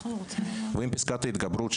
ואם פסקת ההתגברות,